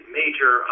major